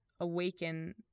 awaken